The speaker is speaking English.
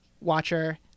watcher